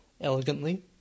elegantly